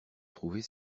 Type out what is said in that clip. trouver